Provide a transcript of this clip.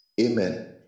Amen